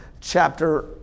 chapter